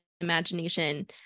imagination